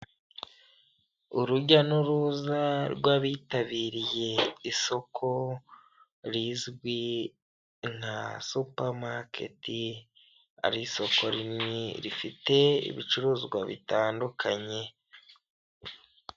Urujya n'uruza rw'abitabiriye isoko rizwi nka supa maketi, ari isoko rinini rifite ibicuruzwa bitandukanye.